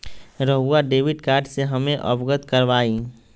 रहुआ debit card से हमें अवगत करवाआई?